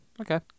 Okay